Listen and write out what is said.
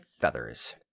feathers